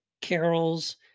carols